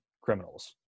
criminals